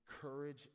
courage